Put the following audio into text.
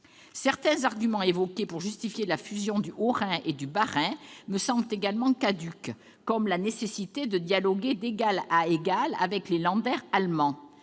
Certains arguments invoqués pour justifier la fusion du Haut-Rhin et du Bas-Rhin me semblent par ailleurs caducs, comme la nécessité de pouvoir dialoguer d'égal à égal avec les Länder allemands